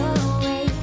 away